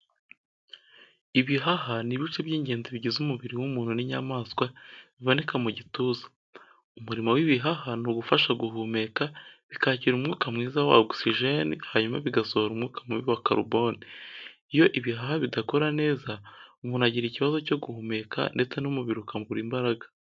Ibihaha ni ibice by’ingenzi bigize umubiri w’umuntu n’inyamaswa, biboneka mu gituza. Umurimo w’ibihaha ni ugufasha guhumeka, bikakira umwuka mwiza wa ogisijeni hanyuma bigasohora umwuka mubi wa karuboni. Iyo ibihaha bidakora neza, umuntu agira ikibazo cyo guhumeka ndetse n’umubiri ukabura imbaraga.